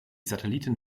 satelliten